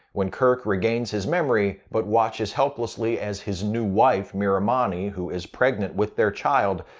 when kirk regains his memory but watches helplessly as his new wife, miramanee, who is pregnant with their child,